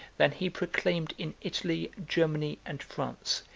than he proclaimed in italy, germany, and france,